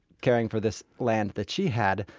caring for this land that she had,